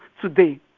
today